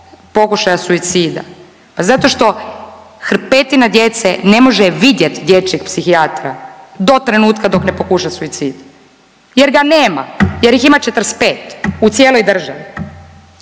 pokušaja suicida, pa zato što hrpetina djece ne može vidjet dječjeg psihijatra do trenutka dok ne pokuša suicid jer ga nema, jer ih ima 45 u cijeloj državi.